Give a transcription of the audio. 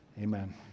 amen